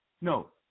No